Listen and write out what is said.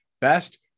best